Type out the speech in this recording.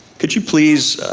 could you please